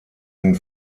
den